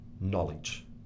knowledge